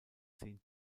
zehn